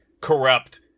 corrupt